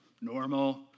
Normal